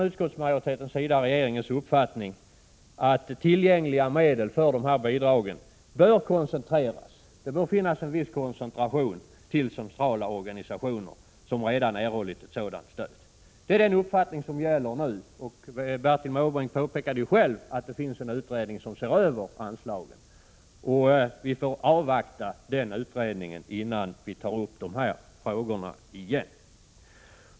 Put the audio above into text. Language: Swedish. Utskottsmajoriteten delar regeringens uppfattning att tillgängliga medel för grundbidrag bör koncentreras på de centrala organisationer som redan erhåller sådant stöd. Bertil Måbrink påpekade själv att en utredning ser över anslagen. Vi får avvakta resultatet av den utredningen innan vi på nytt tar upp dessa frågor till behandling.